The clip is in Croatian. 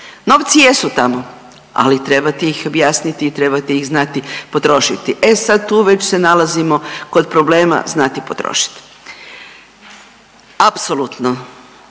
Novci jesu tamo ali trebate ih objasniti i trebate ih znati potrošiti. E sada tu već se nalazimo kod problema znati potrošiti. Apsolutno